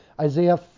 Isaiah